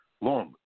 long